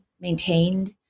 maintained